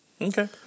Okay